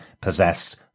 possessed